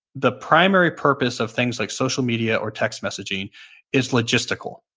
the primary purpose of things like social media or text messaging is logistical.